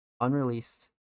Unreleased